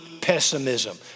pessimism